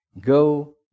go